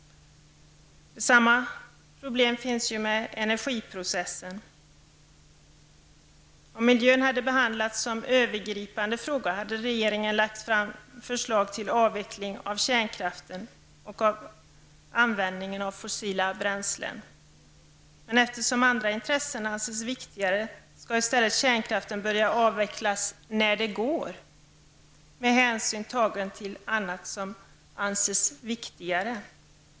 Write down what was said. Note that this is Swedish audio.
Samma problem finns när det gäller energiprocessen. Om miljöfrågan hade behandlats som en övergripande fråga hade regeringen lagt fram förslag om avveckling av kärnkraften och om stopp för användningen av fossila bränslen. Men eftersom andra intressen anses viktigare, skall kärnkraften i stället börja avvecklas när det går med hänsyn tagen till annat som anses viktigare.